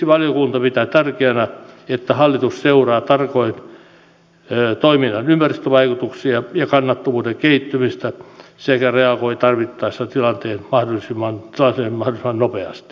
siksi valiokunta pitää tärkeänä että hallitus seuraa tarkoin toiminnan ympäristövaikutuksia ja kannattavuuden kehittymistä sekä reagoi tarvittaessa tilanteeseen mahdollisimman nopeasti